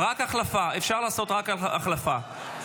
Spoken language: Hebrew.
אפשר לעשות רק החלפה.